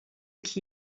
qui